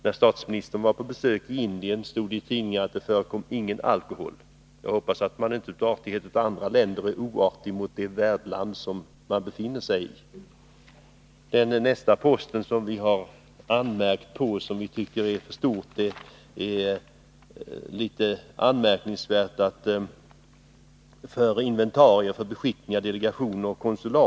När statsministern var på besök i Indien stod det i tidningarna att det förekom ingen alkohol. Jag hoppas att den svenska utlandsrepresentationen inte av artighet gentemot andra länder är oartig mot det land som man befinner sig i. Nästa post som vi har anmärkt på och som vi tycker är för stor avser inventarier för beskickningar, delegationer och konsulat.